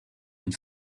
une